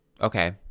Okay